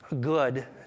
good